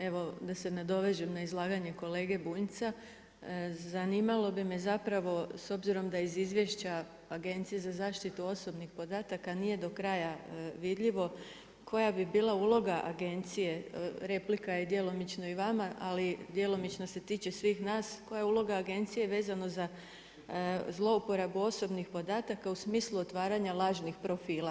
Evo da se nadovežem na izlaganje kolege Bunjca zanimalo bi me zapravo s obzirom da iz izvješća Agencije za zaštitu osobnih podataka nije do kraja vidljivo koja bi bila uloga Agencije, replika je djelomično i vama ali djelomično se tiče svih nas, koja je uloga Agencije vezano za zlouporabu osobnih podataka u smislu otvaranja lažnih profila?